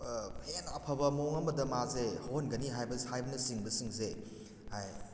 ꯍꯦꯟꯅ ꯑꯐꯕ ꯃꯑꯣꯡ ꯑꯃꯗ ꯃꯥꯁꯦ ꯍꯧꯍꯟꯒꯅꯤ ꯍꯥꯏꯕꯅ ꯆꯤꯡꯕꯁꯤꯡꯁꯦ